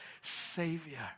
savior